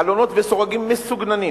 חלונות וסורגים מסוגננים.